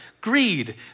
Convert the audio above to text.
greed